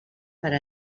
per